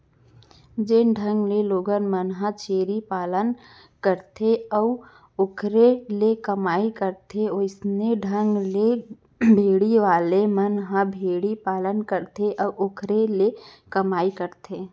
जउन ढंग ले लोगन मन ह छेरी पालथे अउ ओखर ले कमई करथे वइसने ढंग ले भेड़ी वाले मन ह भेड़ी पालन करथे अउ ओखरे ले कमई करथे